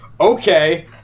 okay